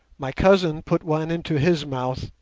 my cousin put one into his mouth,